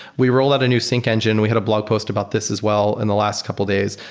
we rolled out a new sync engine. we had a blog post about this as well in the last couple days.